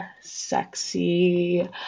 sexy